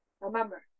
Remember